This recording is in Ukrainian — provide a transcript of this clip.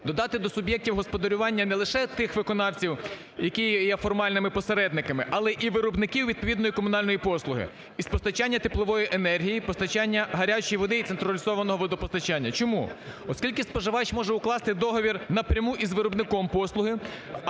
додати до суб'єктів господарювання не лише тих виконавців, які є формальними посередниками, але і виробників відповідної комунальної послуги із постачання теплової енергії і постачання гарячої води і централізованого водопостачання. Чому? Оскільки споживач може укласти договір напряму із виробником послуги,